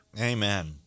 Amen